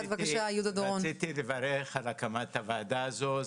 רציתי לברך על הקמת הוועדה הזו.